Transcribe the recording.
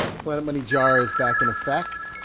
planet money jar is back in effect